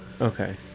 Okay